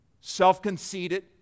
self-conceited